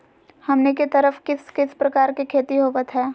हमनी के तरफ किस किस प्रकार के खेती होवत है?